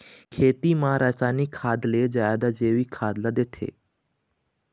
खेती म रसायनिक खाद ले जादा जैविक खाद ला देथे